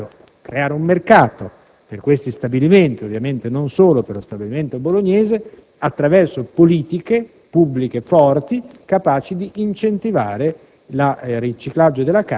penso sia necessario creare un mercato per questi stabilimenti (ovviamente non solo per quello bolognese) attraverso politiche pubbliche forti, capaci di incentivare